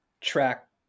track